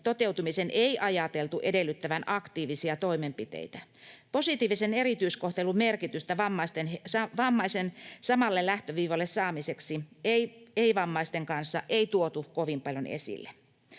toteutumisen ei ajateltu edellyttävän aktiivisia toimenpiteitä. Positiivisen erityiskohtelun merkitystä vammaisen samalle lähtöviivalle saamiseksi ei-vammaisten kanssa ei tuotu kovin paljon esille.